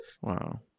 Wow